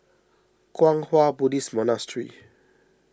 Kwang Hua Buddhist Monastery